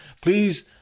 Please